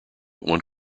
one